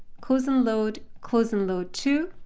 close and load, close and load to,